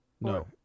No